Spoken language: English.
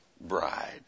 bride